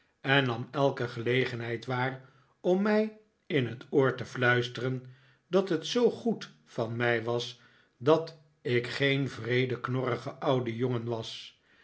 en nam elke gelegenheid waar om mij in het oor te fluisteren dat het zoo goed van mij was dat ik geen wreede knorrige oude jongen was